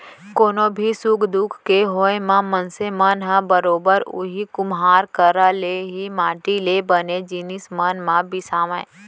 कोनो भी सुख दुख के होय म मनसे मन ह बरोबर उही कुम्हार करा ले ही माटी ले बने जिनिस मन ल बिसावय